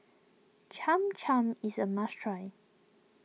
Cham Cham is a must try